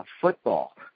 Football